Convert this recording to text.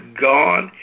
God